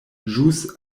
ĵus